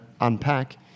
unpack